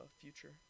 future